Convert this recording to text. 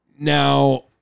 Now